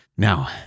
Now